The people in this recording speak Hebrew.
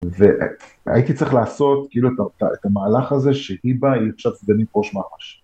והייתי צריך לעשות כאילו את המהלך הזה שהיבא, היא עכשיו סגנית ראש מח"ש.